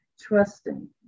trusting